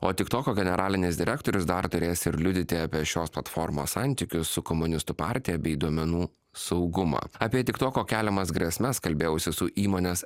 o tiktoko generalinis direktorius dar turės ir liudyti apie šios platformos santykius su komunistų partija bei duomenų saugumą apie tiktoko keliamas grėsmes kalbėjausi su įmonės